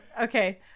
Okay